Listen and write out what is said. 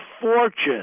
fortune